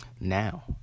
now